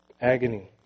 agony